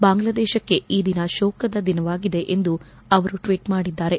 ಬಾಂಗ್ಲಾದೇಶಕ್ಕೆ ಈ ದಿನ ಶೋಕದ ದಿನವಾಗಿದೆ ಎಂದು ಅವರು ಟ್ವೀಟ್ ಮಾಡಿದ್ದಾರೆ